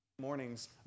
mornings